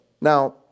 Now